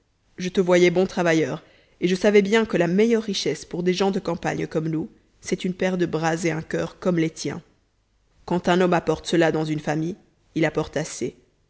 je te voyais bon travailleur et je savais bien que la meilleure richesse pour des gens de campagne comme nous c'est une paire de bras et un cur comme les tiens quand un homme apporte cela dans une famille il apporte